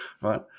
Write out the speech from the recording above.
right